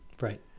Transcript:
Right